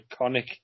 iconic